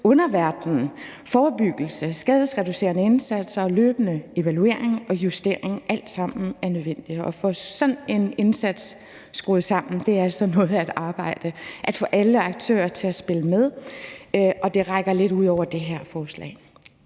underverdenen, forebyggelse, skadesreducerende indsatser og løbende evaluering og justering alle sammen er nødvendige. At få sådan en indsats skruet sammen og få alle aktører til at spille med er altså noget af et arbejde, og det rækker lidt ud over det her forslag.